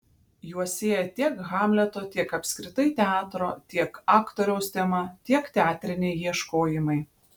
juos sieja tiek hamleto tiek apskritai teatro tiek aktoriaus tema tiek teatriniai ieškojimai